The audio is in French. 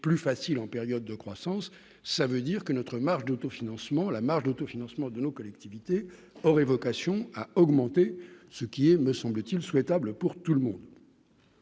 plus facile en période de croissance, ça veut dire que notre marge d'autofinancement, la marge d'autofinancement de nos collectivités auraient vocation à augmenter, ce qui est me semble-t-il souhaitable pour tout le monde.